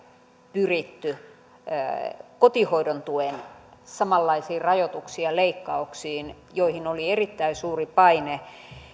pyritty samanlaisiin kotihoidon tuen rajoituksiin ja leikkauksiin joihin oli erittäin suuri paine